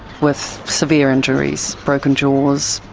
with severe injuries broken jaws,